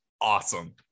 awesome